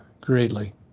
greatly